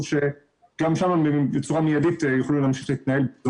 שגם שם בצורה מיידית יוכלו להמשיך להתנהל.